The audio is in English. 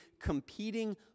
competing